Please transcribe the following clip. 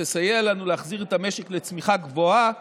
שתסייע לנו להחזיר את המשק לצמיחה גבוהה